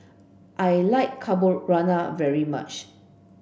I like Carbonara very much